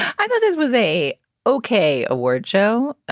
i thought this was a ok award show.